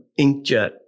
inkjet